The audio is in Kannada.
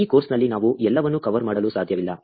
ಈ ಕೋರ್ಸ್ನಲ್ಲಿ ನಾವು ಎಲ್ಲವನ್ನೂ ಕವರ್ ಮಾಡಲು ಸಾಧ್ಯವಿಲ್ಲ